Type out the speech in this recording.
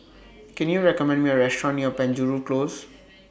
Can YOU recommend Me A Restaurant near Penjuru Close